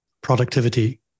productivity